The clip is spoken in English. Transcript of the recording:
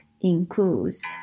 includes